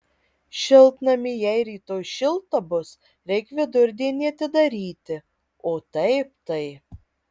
šiltnamį jei rytoj šilta bus reik vidurdienį atidaryti o taip tai